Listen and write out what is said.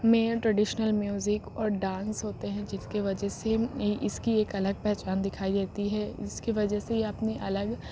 میں traditional music اور dance ہوتے ہیں جس کی وجہ سے اس کی ایک الگ پہچان دکھائی دیتی ہے جس کی وجہ سے یہ اپنی الگ